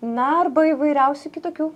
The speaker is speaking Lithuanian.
na arba įvairiausių kitokių